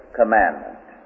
commandment